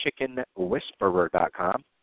chickenwhisperer.com